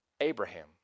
Abraham